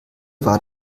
war